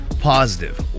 positive